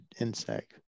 insect